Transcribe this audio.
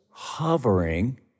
hovering